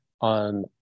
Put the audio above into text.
on